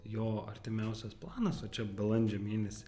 jo artimiausias planas o čia balandžio mėnesį